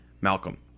Malcolm